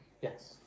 Yes